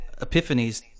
epiphanies